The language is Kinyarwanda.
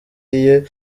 iye